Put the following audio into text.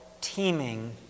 teeming